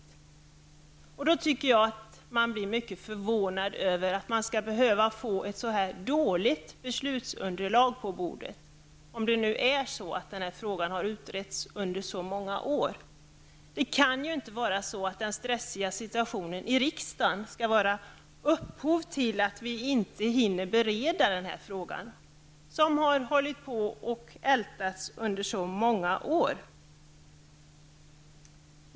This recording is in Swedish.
Om det nu är så att frågan har utretts under så många år, blir man mycket förvånad över att man skall behöva få ett så dåligt beslutsunderlag på bordet. Den stressiga situationen i riksdagen skall inte vara upphov till att vi inte hinner bereda den här frågan, som har ältats under så många år.